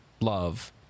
love